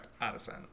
Addison